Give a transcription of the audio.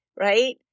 right